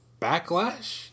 Backlash